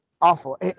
awful